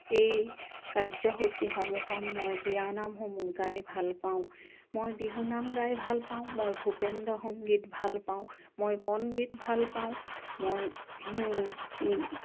এই কাৰ্যসূচীসমূহত মই বিয়ানামসমূহ গাই ভাল পাওঁ মই বিহুনাম গাই ভাল পাওঁ মই ভূপেন্দ্ৰ সংগীত ভাল পাওঁ মই বনগীত ভাল পাওঁ মই